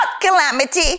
calamity